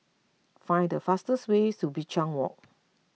find the fastest way to Binchang Walk